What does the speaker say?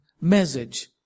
message